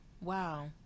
Wow